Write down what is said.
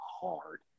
hard